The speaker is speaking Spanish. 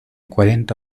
cuarenta